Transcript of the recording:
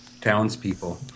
townspeople